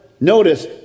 notice